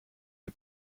die